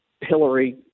Hillary